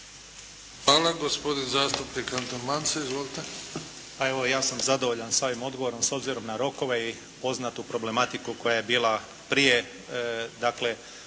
Hvala. Gospodin zastupnik Anton Mance. Izvolite.